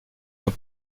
dans